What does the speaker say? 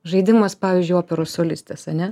žaidimas pavyzdžiui operos solistės ane